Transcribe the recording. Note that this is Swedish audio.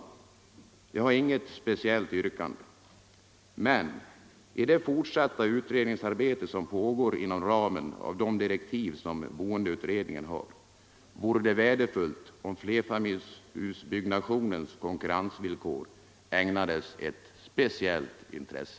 Jag har inget speciellt yrkande, men i det fortsatta utredningsarbete som pågår inom ramen för de direktiv som boendeutredningen har vore det värdefullt om flerfamiljshusbyggnationens konkurrensvillkor ägnades speciellt intresse.